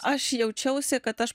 aš jaučiausi kad aš